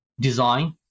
design